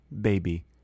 baby